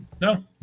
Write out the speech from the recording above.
No